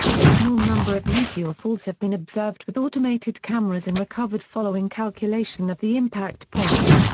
a small number of meteor falls have been observed with automated cameras and recovered following calculation of the impact point.